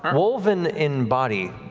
um wolven in body,